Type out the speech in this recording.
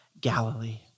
Galilee